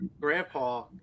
grandpa